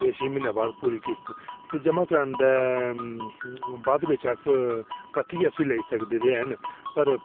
अते छे म्हीन बाद पूरी किश्त जमा करांदे बाद बिच अस परतियै उसी लेई सकनें पर